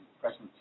present